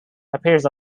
appears